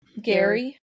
Gary